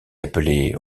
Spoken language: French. appelée